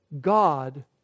God